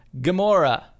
Gamora